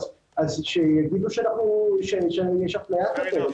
אז שיגידו שיש אפליה כלפיהם.